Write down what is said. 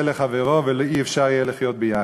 לחבריו ולא יהיה אפשר לחיות ביחד.